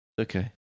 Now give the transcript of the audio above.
Okay